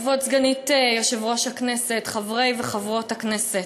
כבוד סגנית יושב-ראש הכנסת, חברי וחברות הכנסת,